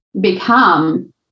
become